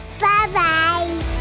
Bye-bye